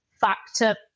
factor